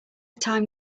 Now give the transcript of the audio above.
time